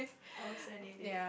I also need it